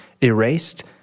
erased